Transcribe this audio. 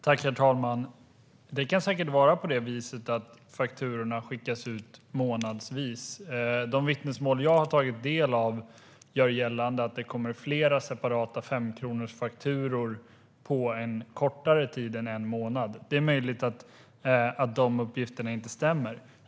Herr talman! Det kan säkert vara på det viset att fakturorna skickas ut månadsvis. De vittnesmål som jag har tagit del av gör gällande att det kommer flera separata 5-kronorsfakturor på en kortare tid än en månad. Det är möjligt att dessa uppgifter inte stämmer.